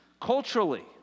culturally